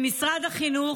ממשרד החינוך,